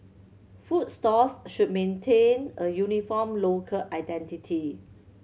food stalls should maintain a uniform local identity